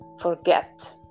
forget